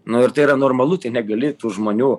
nu ir tai yra normalu tai negali tų žmonių